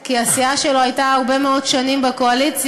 כי הסיעה שלו הייתה הרבה מאוד שנים בקואליציה,